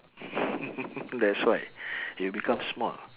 that's why you will become small